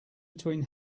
between